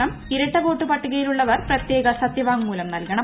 ന് ഇരട്ടവോട്ട് പട്ടികയ്യിലുള്ള്വർ പ്രത്യേക സത്യവാങ്മൂലം നൽകണം